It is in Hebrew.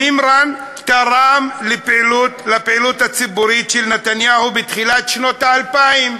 מימרן תרם לפעילות הציבורית של נתניהו בתחילת שנות האלפיים.